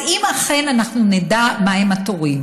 אם אכן אנחנו נדע מהם התורים